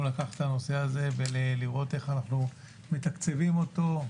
לקחת את הנושא הזה ולראות איך אנחנו מתקציבים אותו,